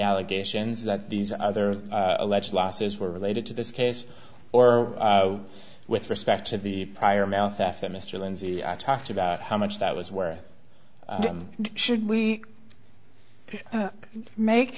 allegations that these other alleged losses were related to this case or with respect to the prior mouth after mr lindsey i talked about how much that was worth should we make